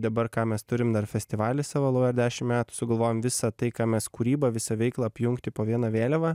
dabar ką mes turim dar festivalį savo dešim metų sugalvojom visą tai ką mes kūrybą visą veiklą apjungti po viena vėliava